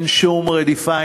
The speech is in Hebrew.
אין שום רדיפה,